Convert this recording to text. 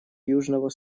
южного